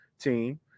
team